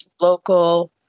local